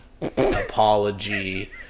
apology